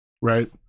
right